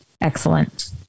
Excellent